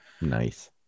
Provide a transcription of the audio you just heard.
Nice